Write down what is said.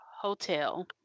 Hotel